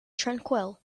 tranquil